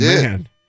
man